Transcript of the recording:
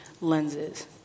lenses